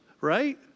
right